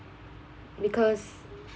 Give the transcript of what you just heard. because